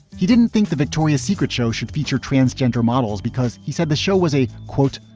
he didn't think the victoria's secret show should feature transgender models because he said the show was a, quote,